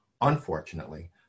Unfortunately